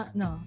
no